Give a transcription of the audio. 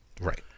Right